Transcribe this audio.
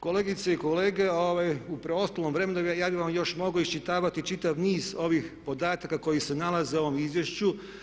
Kolegice i kolege u preostalom vremenu ja bih vam još mogao iščitavati čitav niz ovih podataka koji se nalaze u ovom izvješću.